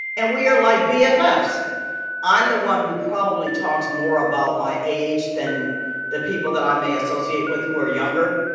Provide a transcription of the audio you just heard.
and we are, like, ah ah bffs. i'm the one who probably talks more about my age than the people that i may associate with who are younger.